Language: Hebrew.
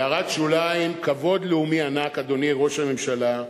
"הערת שוליים", כבוד לאומי ענק, אדוני ראש הממשלה,